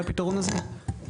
לפתרון הזה?